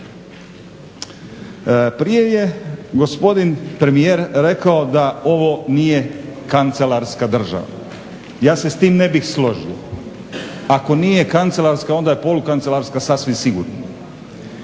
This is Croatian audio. Prije je gospodin premijer rekao da ovo nije kancelarska država. Ja se s tim ne bih složio. Ako nije kancelarska ona je polu-kancelarska sasvim sigurno.